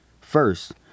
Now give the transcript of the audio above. First